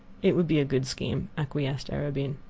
it would be a good scheme, acquiesced arobin.